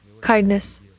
kindness